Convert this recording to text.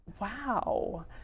wow